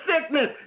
sickness